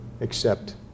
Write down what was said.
accept